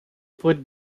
point